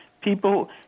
People